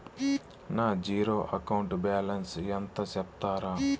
నా zero account balance ఎంతో సెప్తారా?